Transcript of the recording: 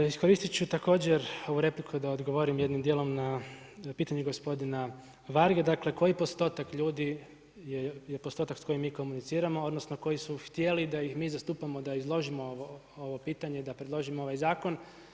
Iskoristiti ću također ovu repliku da odgovorim jednim dijelom na pitanje gospodina Varge, dakle koji postotak ljudi je postotak s kojim mi komuniciramo, odnosno koji su htjeli da ih mi zastupamo da izložimo ovo pitanje, da predložimo ovaj zakon.